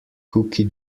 cookie